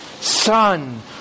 son